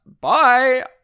Bye